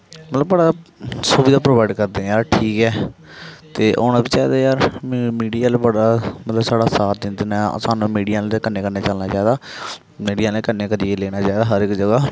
मतलब बड़ा सुविधा प्रोवाइड करदे ऐ ठीक ऐ ते होना बी चाहिदा यार मिडिया आह्ले मतलब बड़ा साथ दिंदे न सानूं मिडिया आहलें दे कन्नै कन्नै चलना चाहिदा मिडिया आह्लें गी कन्नै करियै लेना चाहिदा हर इक जगह